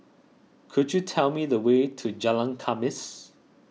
could you tell me the way to Jalan Khamis